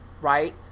Right